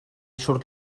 surt